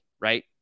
right